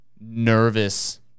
nervous